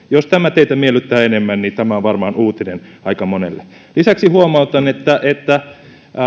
jos tämä teitä miellyttää enemmän niin tämä on varmaan uutinen aika monelle lisäksi huomautan että että